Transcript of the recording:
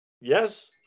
Yes